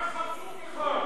חצוף אחד.